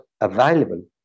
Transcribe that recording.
available